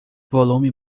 volume